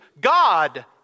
God